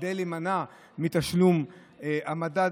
כדי להימנע מתשלום המדד,